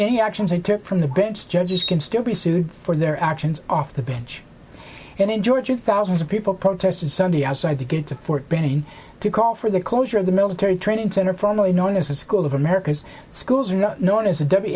any actions you took from the bench judges can still be sued for their actions off the bench and in georgia thousands of people protested sunday outside the gates of fort benning to call for the closure of the military training center formally known as the school of america's schools are known as the